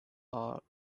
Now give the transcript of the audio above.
earth